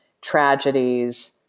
tragedies